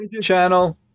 channel